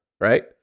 right